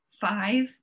five